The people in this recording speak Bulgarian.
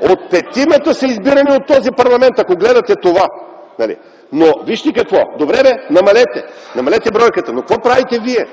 от петимата са избирани от този парламент, ако гледате това. Добре, намалете бройката! Но какво правите вие?